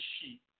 sheep